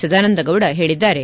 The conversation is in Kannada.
ಸದಾನಂದಗೌಡ ಹೇಳಿದ್ದಾರೆ